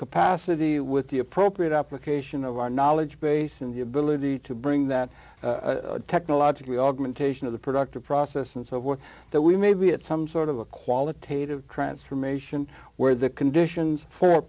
capacity with the appropriate application of our knowledge base and the ability to bring that technologically augmentation of the productive process and so forth that we may be at some sort of a qualitative transformation where the conditions for